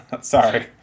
Sorry